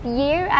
year